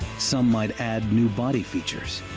some might add new body features,